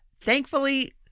Thankfully